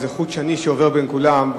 איזה חוט שני שעובר בין כולם,